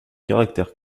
caractère